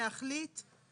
להיווצר